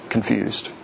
confused